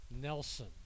Nelson